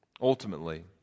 ultimately